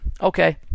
Okay